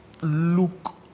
look